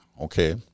Okay